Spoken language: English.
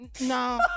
No